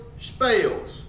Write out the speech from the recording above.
spells